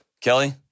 Kelly